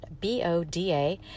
B-O-D-A